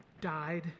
died